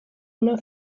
una